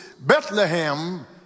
Bethlehem